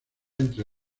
entre